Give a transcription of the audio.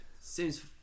Seems